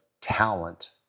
talent